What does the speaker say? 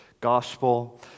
gospel